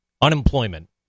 Unemployment